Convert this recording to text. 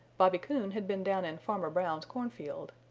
bobby coon had been down in farmer brown's cornfield.